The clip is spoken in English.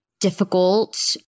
difficult